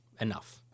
enough